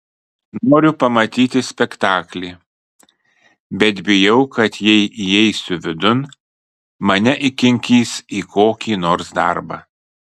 noriu pamatyti spektaklį bet bijau kad jei įeisiu vidun mane įkinkys į kokį nors darbą